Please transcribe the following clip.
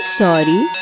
sorry